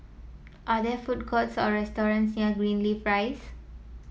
are there food courts or restaurants near Greenleaf Rise